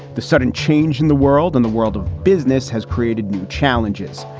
the sudden change in the world and the world of business has created new challenges.